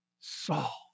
Saul